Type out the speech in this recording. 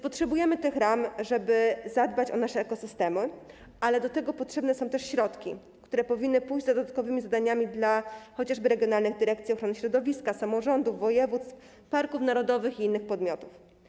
Potrzebujemy więc ram, żeby zadbać o nasz ekosystem, ale do tego potrzebne są też środki, które powinny pójść za dodatkowymi zadaniami, chociażby dla regionalnych dyrekcji ochrony środowiska, samorządów, województw, parków narodowych i innych podmiotów.